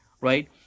Right